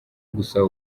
gusaba